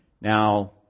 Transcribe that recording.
Now